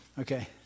okay